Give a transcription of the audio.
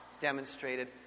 demonstrated